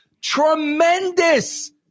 tremendous